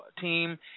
team